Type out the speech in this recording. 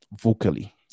vocally